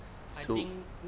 so